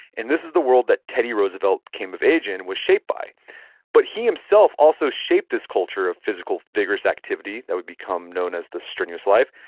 and this is the world that teddy roosevelt came of age in was shaped by but he himself also shaped this culture of physical vigorous activity that would become known as the strenuous life.